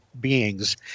beings